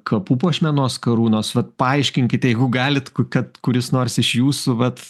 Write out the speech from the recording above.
kapų puošmenos karūnos vat paaiškinkit jeigu galit kad kuris nors iš jūsų vat